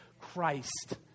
Christ